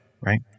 right